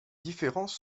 différences